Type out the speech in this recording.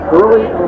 early